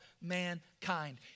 mankind